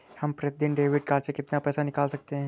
हम प्रतिदिन debit card से कितना पैसा निकाल सकते हैं?